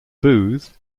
booth